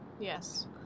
Yes